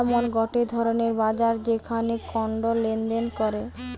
এমন গটে ধরণের বাজার যেখানে কন্ড লেনদেন করে